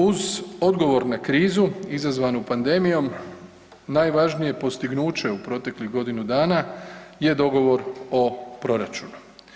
Uz odgovor na krizu izazvanu pandemijom najvažnije postignuće u proteklih godinu dana je dogovor o proračunu.